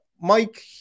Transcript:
Mike